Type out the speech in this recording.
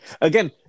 Again